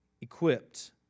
equipped